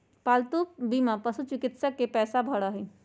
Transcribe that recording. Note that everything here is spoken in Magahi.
पालतू बीमा पशुचिकित्सा के पैसा भरा हई